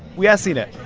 we asked zena,